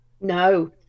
no